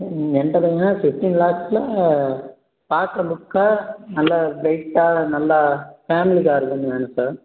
ம் என்ட்ட ஃபிஃப்ட்டின் லேக்ஸில் பார்க்க லுக்காக நல்லா ப்ரைட்டாக நல்லா ஃபேம்லி கார் ஒன்று வேணும் சார்